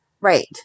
Right